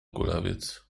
kulawiec